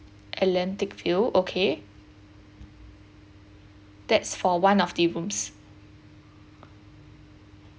atlantic field okay that's for one of the rooms